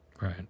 Right